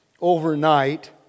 overnight